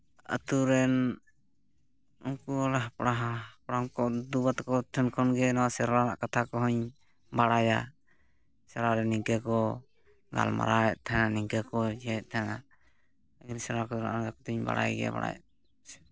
ᱟᱛᱳ ᱨᱮᱱ ᱩᱱᱠᱩ ᱦᱟᱯᱲᱟ ᱦᱟᱯᱲᱟᱢ ᱠᱚ ᱫᱩᱫᱩᱜᱚ ᱛᱟᱠᱚ ᱴᱷᱮᱱ ᱠᱷᱚᱱ ᱜᱮ ᱱᱚᱣᱟ ᱥᱮᱨᱣᱟ ᱨᱮᱱᱟᱜ ᱠᱟᱛᱷᱟ ᱠᱚᱦᱚᱸᱧ ᱵᱟᱲᱟᱭᱟ ᱥᱮᱨᱣᱟ ᱨᱮ ᱱᱤᱝᱠᱟᱹ ᱠᱚ ᱜᱟᱞᱢᱟᱨᱟᱣ ᱮᱜ ᱛᱟᱦᱮᱸᱜ ᱱᱤᱝᱠᱟᱹ ᱠᱚ ᱤᱭᱟᱹᱭᱮᱜ ᱛᱟᱦᱮᱱᱟ ᱤᱧ ᱥᱮᱨᱣᱟ ᱵᱟᱲᱟᱭ ᱜᱮᱭᱟ ᱵᱟᱲᱟᱭ